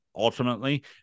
Ultimately